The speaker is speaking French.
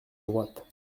droite